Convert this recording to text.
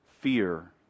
fear